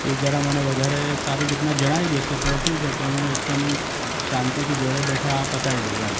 એ જરા મને વધારે સારી રીતના જણાવી દેશે તો શું છે કે હું એકદમ શાંતિથી ઘરે બેઠા આ પતાઈ દઉં એમ